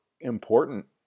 important